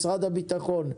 משרד הביטחון,